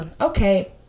okay